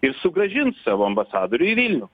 ir sugrąžins savo ambasadorių į vilnių